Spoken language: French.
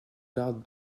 garde